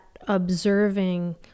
observing